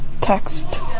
Text